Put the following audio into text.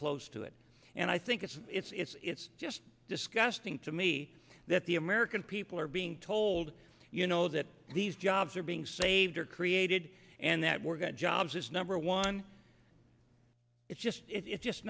close to it and i think it's it's just disgusting to me that the american people are being told you know that these jobs are being saved or created and that we're good jobs is number one it's just it's just